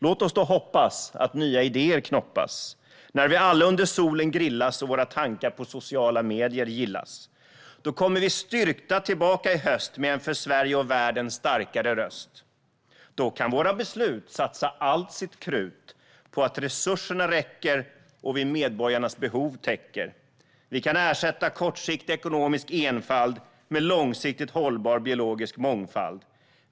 Låt oss då hoppas att nya idéer knoppas när vi alla under solen grillas och våra tankar på sociala medier gillas. Då kommer vi styrkta tillbaka i höst med en för Sverige och världen starkare röst. Då kan våra beslut satsa allt sitt krut på att resurserna räcker och vi medborgarnas behov täcker. Årsredovisning för staten 2016 Vi kan ersätta kortsiktig ekonomisk enfald med långsiktigt hållbar biologisk mångfald.